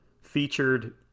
featured